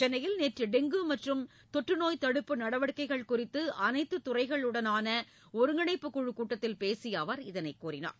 சென்னையில் நேற்று டெங்கு மற்றும் தொற்றுநோய் தடுப்பு நடவடிக்கைகள் குறித்து அனைத்து துறைகளுடனான ஒருங்கிணைப்புக் குழுக் கூட்டத்தில் பேசிய அவர் இதனை தெரிவித்தார்